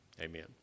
amen